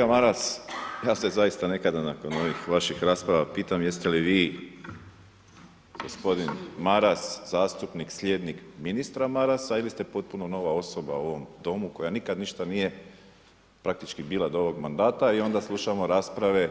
Kolega Maras, ja se zaista nekada nakon ovih vaših rasprava pitam jeste li vi gospodin Maras, zastupnik, slijednik ministra Marasa ili ste potpuno nova osoba u ovom Domu koja nikada ništa nije praktički bila do ovog mandata i onda slušamo rasprave